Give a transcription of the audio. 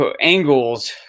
angles